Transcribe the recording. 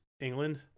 England